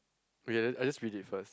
yes I just read it first